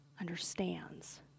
understands